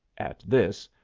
at this,